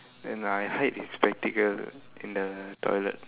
then I hide his spectacle in the toilet